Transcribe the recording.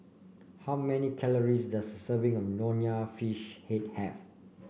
how many calories does a serving of Nonya Fish Head have